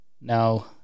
Now